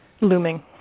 Looming